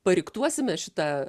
pariktuosime šitą